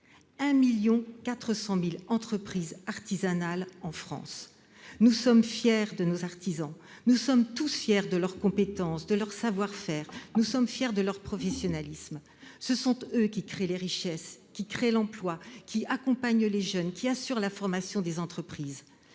1,4 million d'entreprises artisanales. Nous sommes tous fiers de nos artisans, de leurs compétences, de leur savoir-faire et de leur professionnalisme. Ce sont eux qui créent les richesses, qui créent l'emploi, qui accompagnent les jeunes, qui assurent la formation des entreprises.